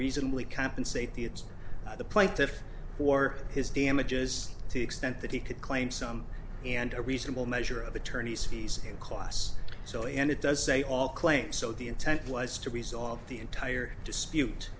reasonably compensate the it's the plaintiff for his damages to extent that he could claim some and a reasonable measure of attorney's fees and costs so and it does say all claims so the intent was to resolve the entire dispute